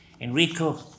Enrico